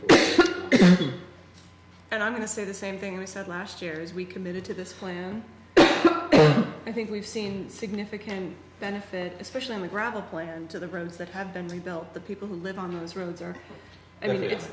thirty and i'm going to say the same thing we said last year is we committed to this plan i think we've seen significant benefit especially with gravel planned to the roads that have been rebuilt the people who live on those roads are i mean it's